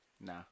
Nah